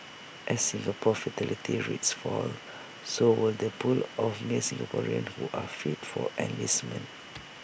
as Singapore's fertility rate falls so will the pool of male Singaporeans who are fit for enlistment